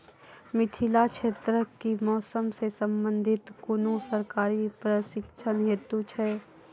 मिथिला क्षेत्रक कि मौसम से संबंधित कुनू सरकारी प्रशिक्षण हेतु छै?